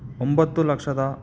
ಒಂಬತ್ತು ಲಕ್ಷದ